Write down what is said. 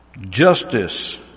Justice